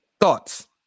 Thoughts